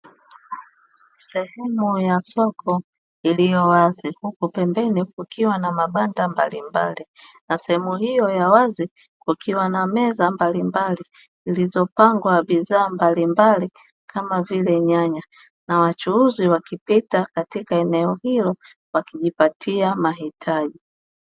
Sehemu ya soko iliyo wazi huku pembeni kukiwa na mabanda mbalimbali na sehemu hiyo ya wazi, kukiwa na meza mbalimbali zilizopangwa bidhaa mbalimbali kama vile nyanya na wachuuzi wakipita katika eneo hilo wakijipatia mahitaji.